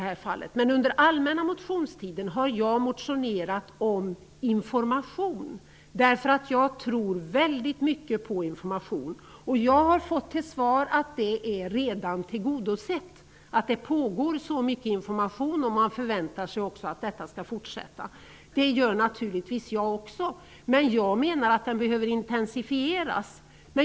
Men under allmänna motionstiden har jag motionerat om information, därför att jag tror väldigt mycket på information. Jag har fått till svar att det kravet redan är tillgodosett, att det pågår så mycket information och att man förväntar sig att den skall fortsätta. Det gör naturligtvis jag också, men jag menar att informationen behöver intensifieras.